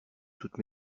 toutes